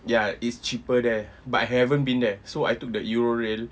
ya it's cheaper there but I haven't been there so I took the euro rail